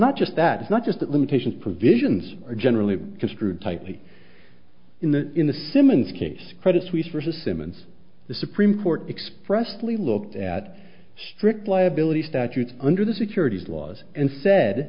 not just that it's not just that limitations provisions are generally construed typee in the in the simmons case credit suisse versus simmons the supreme court expressly looked at strict liability statutes under the securities laws and said